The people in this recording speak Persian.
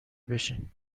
بشین